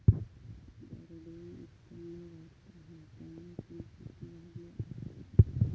दरडोई उत्पन्न वाढता हा, त्यामुळे फुलशेती वाढली आसा